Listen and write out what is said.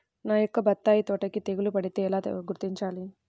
నా యొక్క బత్తాయి తోటకి తెగులు పడితే ఎలా గుర్తించాలి?